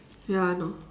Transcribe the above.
ya I know